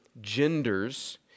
genders